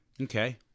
Okay